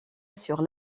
sur